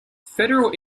federal